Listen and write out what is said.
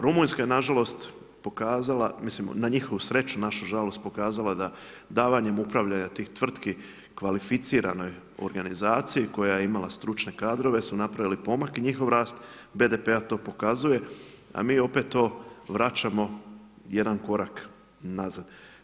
Rumunjska je nažalost pokazala, mislim na njihovu sreću, našu žalost, pokazala da davanjem upravljanja tih tvrtki kvalificiranoj organizaciji koja je imala stručne kadrove su napravili pomak i njihov rast BDP-a to pokazuje a mi opet to vraćamo jedan korak nazad.